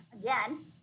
again